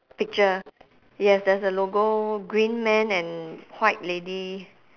picture yes there's a logo green man and white lady